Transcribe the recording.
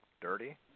dirty